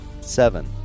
seven